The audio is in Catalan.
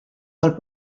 del